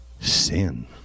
sin